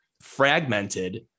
fragmented